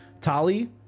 Tali